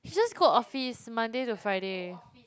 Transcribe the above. he just go office Monday to Friday